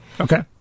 Okay